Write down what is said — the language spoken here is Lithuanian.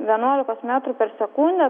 vienuolikos metrų per sekundę